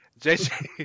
JJ